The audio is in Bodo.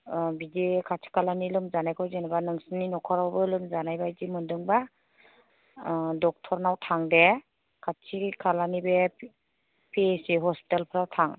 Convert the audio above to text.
बिदि खाथि खालानि लोमजानायखौ जेनेबा नोंसोरनि न'खरावबो लोमजानाय बायदि मोनदोंबा डक्ट'र नाव थांदे खाथि खालानि B P H C hospital फ्राव थां